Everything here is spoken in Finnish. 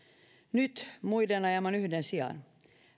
nyt ajaman yhden sijaan